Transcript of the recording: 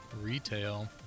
retail